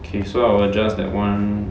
okay so I'll adjust that [one]